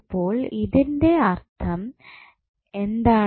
അപ്പോൾ ഇതിൻറെ അർത്ഥം എന്താണ്